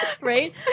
Right